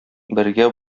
бергә